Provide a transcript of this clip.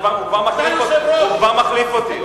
הוא כבר מחליף אותי.